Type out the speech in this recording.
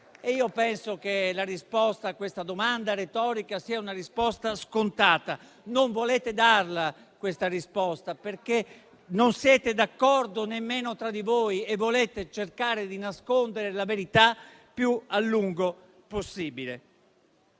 penso che la risposta a questa domanda retorica sia scontata: non volete darla questa risposta, perché non siete d'accordo nemmeno tra di voi e volete cercare di nascondere la verità il più a lungo possibile.